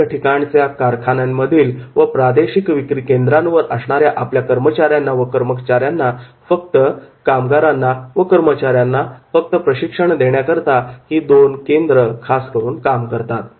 विविध ठिकाणच्या कारखान्यांमधील व प्रादेशिक विक्री केंद्रांवर असणाऱ्या आपल्या कामगारांना व कर्मचाऱ्यांना फक्त प्रशिक्षण देण्याकरता ही दोन केंद्र खास करून काम करतात